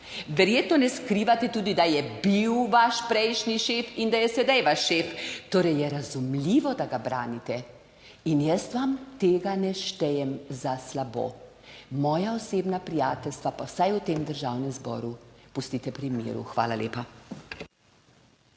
Verjetno ne skrivate tudi, da je bil vaš prejšnji šef in da je sedaj vaš šef. Torej je razumljivo, da ga branite. In jaz vam tega ne štejem za slabo. Moja osebna prijateljstva pa vsaj v tem Državnem zboru pustite pri miru. Hvala lepa.